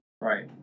Right